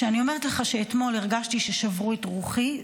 וכשאני אומרת לך שאתמול הרגשתי ששברו את רוחי,